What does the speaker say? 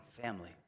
family